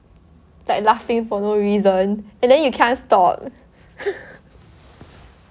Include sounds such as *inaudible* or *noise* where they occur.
like laughing for no reason and then you can't stop *laughs*